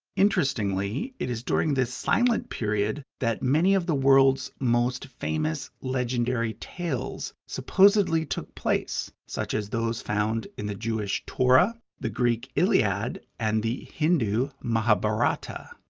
interestingly, it is during this silent period that many of the world's most famous legendary tales supposedly took place, such as those found in the jewish torah, the greek iliad, and the hindu mahabharata.